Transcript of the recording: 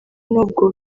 nubwo